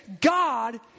God